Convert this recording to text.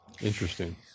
Interesting